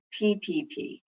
PPP